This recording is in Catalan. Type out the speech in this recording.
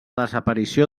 desaparició